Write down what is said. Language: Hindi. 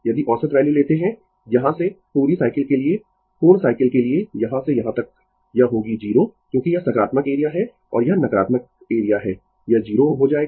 यदि औसत वैल्यू लेते है यहाँ से पूरी साइकिल के लिए पूर्ण साइकिल के लिए यहाँ से यहाँ तक यह होगी 0 क्योंकि यह सकारात्मक एरिया है और यह नकारात्मक एरिया है यह 0 हो जाएगा